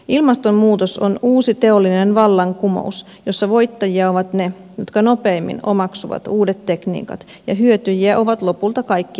ilmastonmuutos on uusi teollinen vallankumous jossa voittajia ovat ne jotka nopeimmin omaksuvat uudet tekniikat ja hyötyjiä ovat lopulta kaikki ihmiset